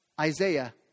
Isaiah